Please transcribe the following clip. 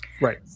Right